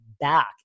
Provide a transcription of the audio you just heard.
back